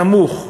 הנמוך בעולם,